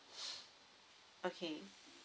okay